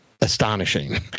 astonishing